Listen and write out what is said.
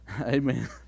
Amen